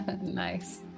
Nice